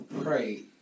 pray